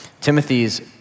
Timothy's